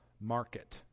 market